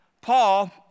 Paul